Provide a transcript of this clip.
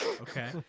Okay